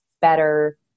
better